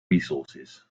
resources